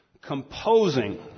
composing